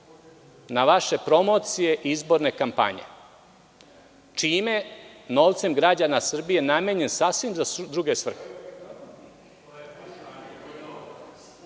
Na vaše promocije, izborne kampanje. Čime? Novcem građana Srbije namenjenim sasvim za druge svrhe. Dakle